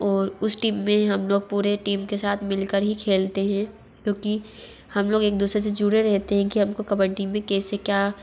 और उस टीम में हम लोग पूरी टीम के साथ मिल कर ही खेलते हैं क्योंकि हम लोग एक दूसरे से जुड़े रहते है कि हम को कबड्डी में कैसे क्या